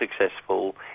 successful